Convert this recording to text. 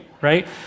right